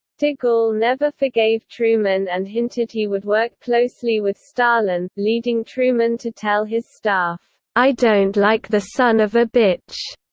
de gaulle never forgave truman and hinted he would work closely with stalin, leading truman to tell his staff, i don't like the son of a bitch.